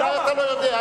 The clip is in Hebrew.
אולי אתה לא יודע,